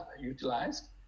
utilized